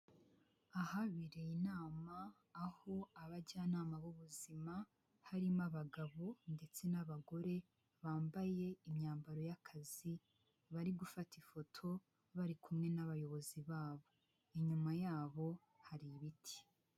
Ahabereye inama aho abajyanama b'ubuzima harimo abagabo ndetse n'abagore bambaye imyambaro y'akazi, bari gufata ifoto bari kumwe n'abayobozi babo, inyuma yabo hari ibiti.